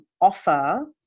offer